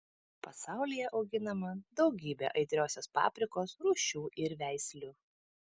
pasaulyje auginama daugybė aitriosios paprikos rūšių ir veislių